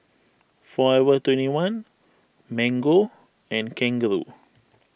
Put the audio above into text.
forever twenty one Mango and Kangaroo